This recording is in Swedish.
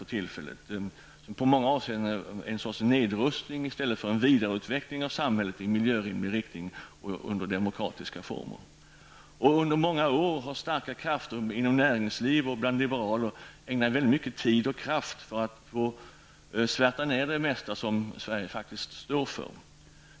Den innebär i många avseenden en sorts nedrustning i stället för en vidareutveckling av samhället i mijövänlig riktning under demokratiska former. Under många år har starka krafter inom näringsliv och bland liberaler ägnat mycket tid och kraft för att svärta ner det mesta som Sverige står för.